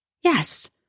Yes